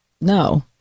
No